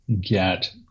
get